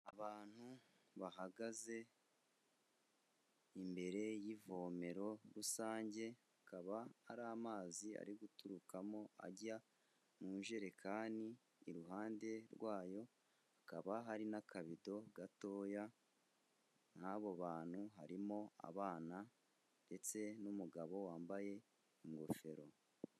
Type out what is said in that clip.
Abantu bahagaze imbere y'ivomero rusange hakaba hari amazi ari guturukamo ajya mu jerekani, iruhande rwayo hakaba hari n'akabido gatoya kabo bantu harimo abana ndetse n'umugabo wambaye ingofero.